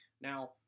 Now